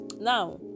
now